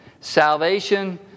salvation